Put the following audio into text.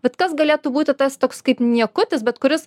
vat kas galėtų būti tas toks kaip niekutis bet kuris